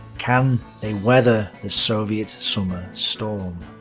can they weather the soviet summer storm?